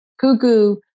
cuckoo